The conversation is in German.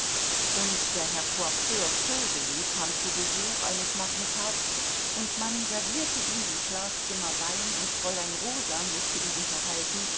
und der herr coiffeur voegeli kam zu besuch eines nachmittags und man servierte ihm im schlafzimmer wein und fräulein rosa mußte ihn unterhalten